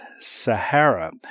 Sahara